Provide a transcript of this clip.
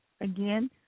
again